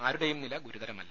ആരുടയും നില ഗുരുതരമല്ല